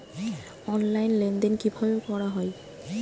Online লেনদেন কিভাবে করা হয়?